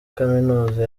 kaminuza